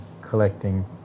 collecting